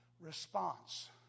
response